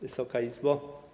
Wysoka Izbo!